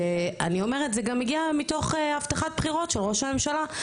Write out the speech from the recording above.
שאני אומרת את זה גם הגיע מתוך הבטחה בחירות של ראש הממשלה,